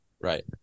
Right